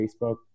Facebook